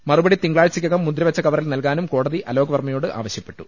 മറുപടി തിങ്കളാഴ്ചക്കകം മുദ്രവെച്ച കവറിൽ നൽകാനും കോടതി അലോക് വർമ്മയോട് ആവശ്യപ്പെട്ടു